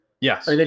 Yes